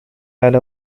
على